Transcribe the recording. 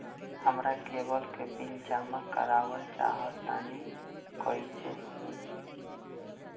हमरा केबल के बिल जमा करावल चहा तनि कइसे होई?